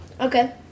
Okay